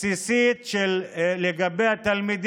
בסיסית של התלמידים,